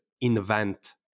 invent